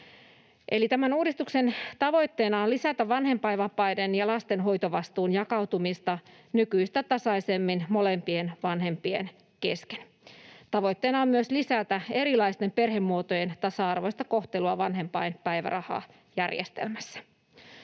Tämän uudistuksen tavoitteena on lisätä vanhempainvapaiden ja lasten hoitovastuun jakautumista nykyistä tasaisemmin molempien vanhempien kesken. Tavoitteena on myös lisätä erilaisten perhemuotojen tasa-arvoista kohtelua vanhempainpäivärahajärjestelmässä.